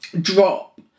drop